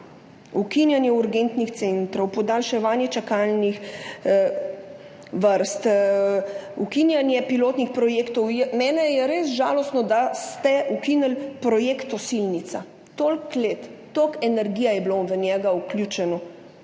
Ukinjanje urgentnih centrov, podaljševanje čakalnih vrst, ukinjanje pilotnih projektov. Meni je res žalostno, da ste ukinili projekt Osilnica. Toliko let, toliko energije je bilo vanj vključeno